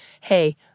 hey